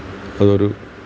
അതൊരു